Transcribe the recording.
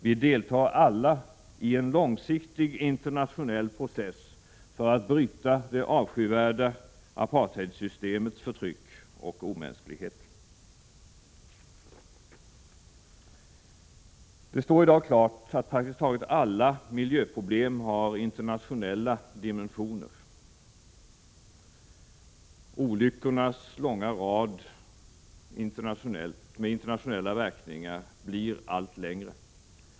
Vi deltar alla i en långsiktig internationell process för att bryta det avskyvärda apartheidsystemets förtryck och omänsklighet. Det står i dag klart att praktiskt taget alla miljöproblem har internationella dimensioner. Den långa raden av olyckor med internationella verkningar blir allt längre.